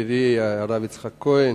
יקירי הרב יצחק כהן,